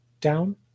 down